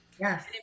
yes